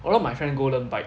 a lot of my friend go learn bike